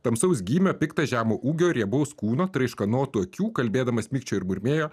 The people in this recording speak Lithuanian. tamsaus gymio piktas žemo ūgio riebaus kūno traiškanotų akių kalbėdamas mikčiojo ir murmėjo